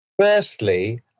Firstly